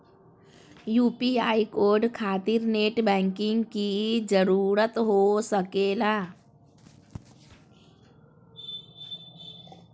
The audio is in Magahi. यू.पी.आई कोड खातिर नेट बैंकिंग की जरूरत हो सके ला?